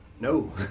no